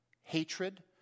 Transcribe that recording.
hatred